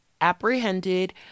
apprehended